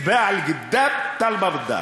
תבע אלגדב תה לבאב דר.